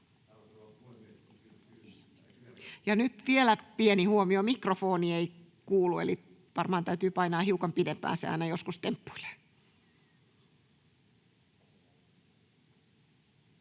nyt vielä pieni huomio: mikrofoni ei kuulu. Eli varmaan täytyy painaa hiukan pidempään, se aina joskus temppuilee.